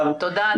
תודה.